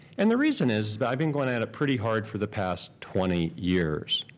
and the reason is that i've been going at it pretty hard for the past twenty years.